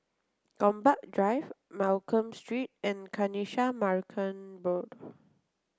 Gombak Drive Mccallum Street and Kanisha Marican Road